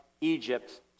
Egypt